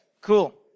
Cool